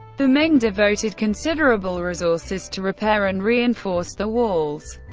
the ming devoted considerable resources to repair and reinforce the walls.